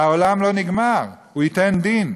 העולם לא נגמר, הוא ייתן דין,